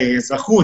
באזרחות,